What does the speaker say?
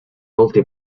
multi